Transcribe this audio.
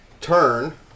turn